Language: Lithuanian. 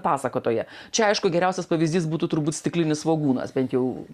pasakotoją čia aišku geriausias pavyzdys būtų turbūt stiklinis svogūnas bent jau